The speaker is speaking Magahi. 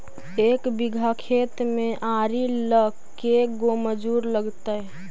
एक बिघा खेत में आरि ल के गो मजुर लगतै?